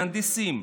מהנדסים,